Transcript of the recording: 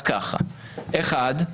אחד,